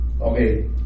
Okay